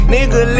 Nigga